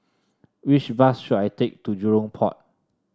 which bus should I take to Jurong Port